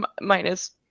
minus